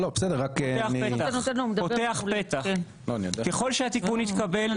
אני חושבת שכאשר אתם מחוקקים הצעת חוק מהסוג הזה,